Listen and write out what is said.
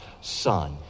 son